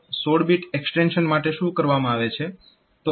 તો 16 bit extension માટે શું કરવામાં આવે છે